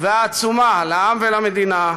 והעצומה לעם ולמדינה,